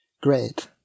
Great